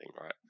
right